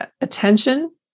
attention